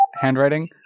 handwriting